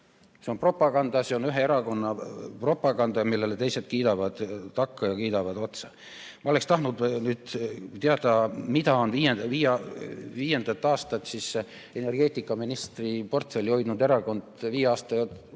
See on propaganda, see on ühe erakonna propaganda, millele teised kiidavad takka ja kiidavad otsa. Ma oleksin tahtnud teada, milles on viiendat aastat energeetikaministri portfelli hoidnud erakond eksinud